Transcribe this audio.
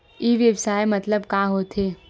ई व्यवसाय मतलब का होथे?